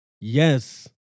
yes